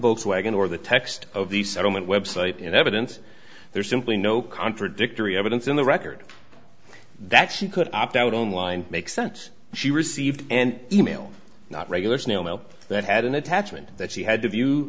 both wagon or the text of the settlement website in evidence there's simply no contradictory evidence in the record that she could opt out online makes sense she received an e mail not regular snail mail that had an attachment that she had to view